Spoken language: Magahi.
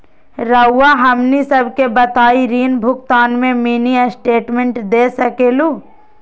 रहुआ हमनी सबके बताइं ऋण भुगतान में मिनी स्टेटमेंट दे सकेलू?